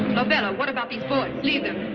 barbella, what about these boys? leave them.